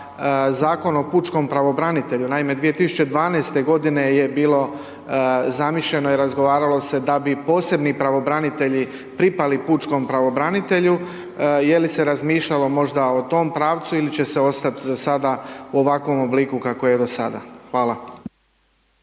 Zakon o pučkom pravobranitelju. Naime, 2012. godine je bilo zamišljeno i razgovaralo se da bi posebni pravobranitelji pripali pučkom pravobranitelju. Je li se razmišljalo možda o tom pravcu ili će se ostati za sada u ovakvom obliku kako je do sada? Hvala.